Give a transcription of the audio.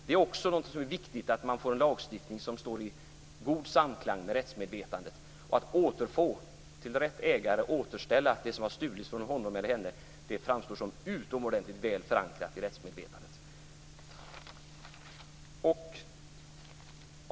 Det är nämligen viktigt att man får en lagstiftning som står i god samklang med rättsmedvetandet. Att återfå och till rätt ägare återställa det som har stulits från honom eller henne framstår som utomordentligt väl förankrat i rättsmedvetandet.